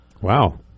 Wow